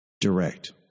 direct